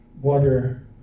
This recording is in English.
water